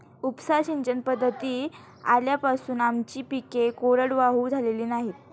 उपसा सिंचन पद्धती आल्यापासून आमची पिके कोरडवाहू झालेली नाहीत